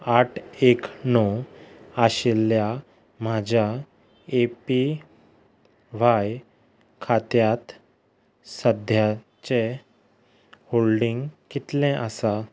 आठ एक णव आशिल्ल्या म्हाज्या एपीवाय खात्यांत सद्याचें होल्डींग कितलें आसा